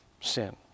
sin